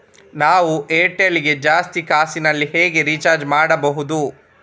ನಾವು ಏರ್ಟೆಲ್ ಗೆ ಜಾಸ್ತಿ ಕಾಸಿನಲಿ ಹೇಗೆ ರಿಚಾರ್ಜ್ ಮಾಡ್ಬಾಹುದು?